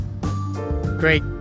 Great